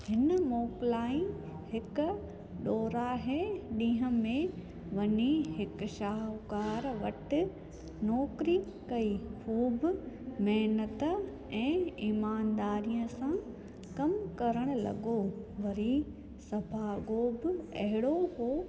हिन मोकिलाइ हिकु डोराहे ॾींहुं में वञी हिकु शाहूकार वटि नौकिरी कई उहो बि महिनत ऐं ईमानदारीअ सां कमु करण लॻो वरी सफ़ा कोब अहिड़ो हुअसि